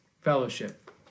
Fellowship